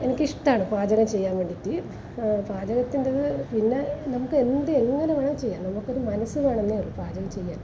എനിക്കിഷ്ടമാണ് പാചകം ചെയ്യാൻ വേണ്ടിയിട്ട് പാചകത്തിൻറ്റെത് പിന്നെ നമുക്ക് എന്ത് എങ്ങനെ വേണേലും ചെയ്യാം നമുക്കൊരു മനസ്സ് വേണമെന്നേ ഉള്ളു പാചകം ചെയ്യാൻ